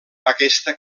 aquesta